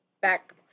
back